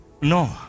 No